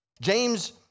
James